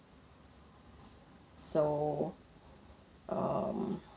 so um